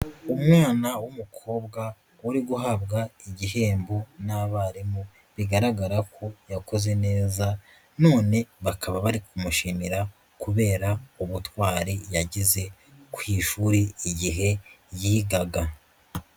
Umwana w'umukobwa uri guhabwa igihembo n'abarimu bigaragara ko yakoze neza none bakaba bari kumushimira kubera ubutwari yagize ku ishuri igihe yigaga.